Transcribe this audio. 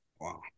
Wow